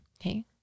Okay